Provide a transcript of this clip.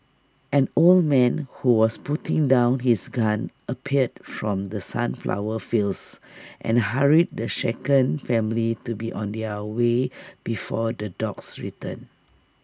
an old man who was putting down his gun appeared from the sunflower fields and hurried the shaken family to be on their way before the dogs return